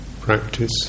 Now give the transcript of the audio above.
practice